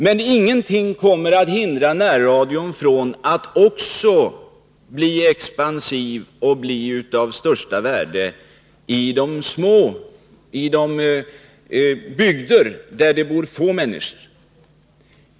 Men ingenting kommer att hindra närradion från att också bli expansiv och av största värde i de bygder där det bor få människor.